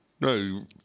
No